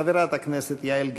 חברת הכנסת יעל גרמן.